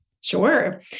Sure